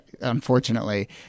unfortunately